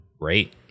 Great